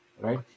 Right